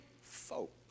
folk